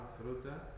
fruta